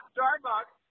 Starbucks